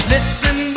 Listen